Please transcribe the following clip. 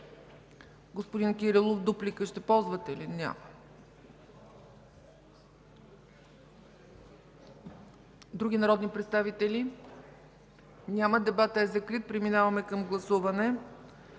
Господин Кирилов, ще ползвате ли дуплика? Няма. Други народни представители? Няма. Дебатът е закрит. Преминаваме към гласуване.